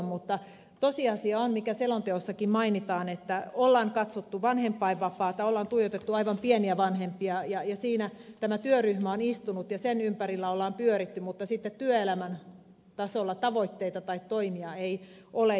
mutta tosiasia on mikä selonteossakin mainitaan että on katsottu vanhempainvapaata on tuijotettu aivan pienten lasten vanhempia ja siinä tämä työryhmä on istunut ja sen ympärillä on pyöritty mutta sitten työelämän tasolla tavoitteita tai toimia ei ole